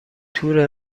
تور